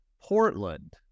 Portland